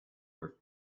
were